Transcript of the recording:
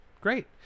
Great